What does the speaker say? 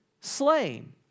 slain